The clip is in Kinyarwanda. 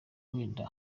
wenda